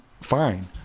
fine